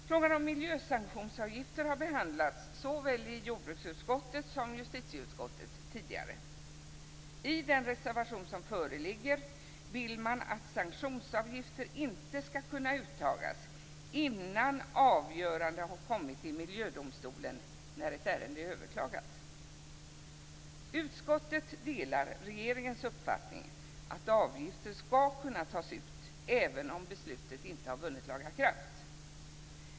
Frågan om miljösanktionsavgifter har behandlats såväl i jordbruksutskottet som i justitieutskottet tidigare. I den reservation som föreligger vill man att sanktionsavgifter inte ska kunna uttas innan avgörande har kommit i Miljödomstolen när ett ärende är överklagat. Utskottet delar regeringens uppfattning att avgifter ska kunna tas ut även om beslutet inte har vunnit laga kraft.